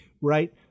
right